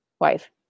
wife